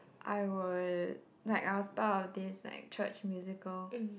I would like I was part of this like church musical